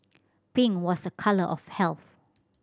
pink was a colour of health